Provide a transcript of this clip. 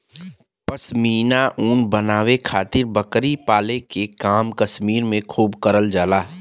पश्मीना ऊन बनावे खातिर बकरी पाले के काम कश्मीर में खूब करल जाला